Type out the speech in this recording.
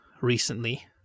recently